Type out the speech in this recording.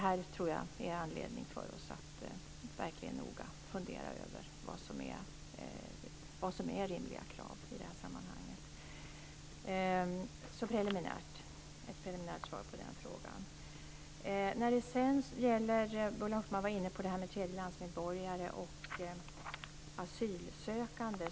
Jag tror att vi har anledning att verkligen noga fundera över vad som är rimliga krav i det här sammanhanget. Det är ett preliminärt svar på den frågan. Ulla Hoffmann var också inne på tredjelandsmedborgare och asylsökande.